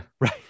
right